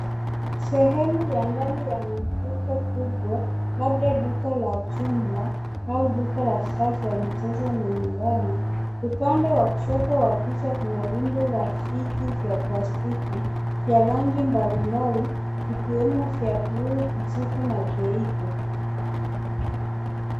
Sehemu ya ndani ya duka kubwa labda duka la jumla au duka la safu ya michezo na nyumbani. Upande wa kushoto wa picha kuna rundo la viti vya plastiki vya rangi mbalimbali vikiwemo vya blue ,kijivu na beige.